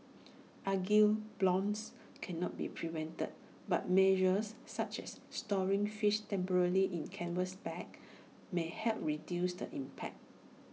algal blooms cannot be prevented but measures such as storing fish temporarily in canvas bags may help reduce the impact